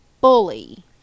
bully